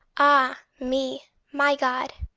ah, me, my god!